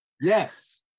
Yes